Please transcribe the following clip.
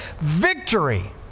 victory